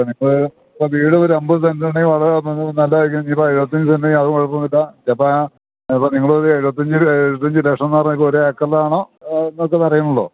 ഇതിപ്പോള് വീട് ഒരമ്പത് സെന്റുണ്ടെങ്കിൽ വളരെ നല്ലതായിരിക്കും ഇനിയിപ്പോള് അതിനാത്തിൽ തന്നെ അത് കുഴപ്പമൊന്നുമില്ല ഇതിപ്പോള് നിങ്ങളിപ്പോള് എഴുവത്തഞ്ച് എഴുപത്തിയഞ്ചു ലക്ഷം എന്നു പറഞ്ഞോ ഒരേക്കറിലാണോ എന്നൊക്കെ അറിയണല്ലോ